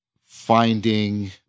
finding